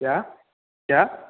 क्या क्या